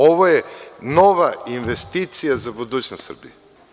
Ovo je nova investicija za budućnost Srbije.